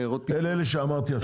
אלה שאמרתי עכשיו.